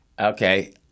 Okay